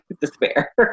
despair